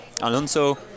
Alonso